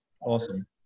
Awesome